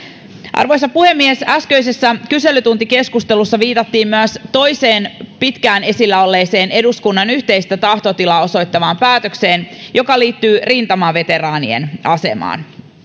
arvoisa puhemies äskeisessä kyselytuntikeskustelussa viitattiin myös toiseen pitkään esillä olleeseen eduskunnan yhteistä tahtotilaa osoittavaan päätökseen joka liittyy rintamaveteraanien asemaan